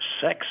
Sex